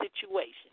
situation